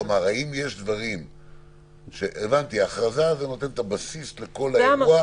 הבנתי שההכרזה נותנת את הבסיס לכל האירוע,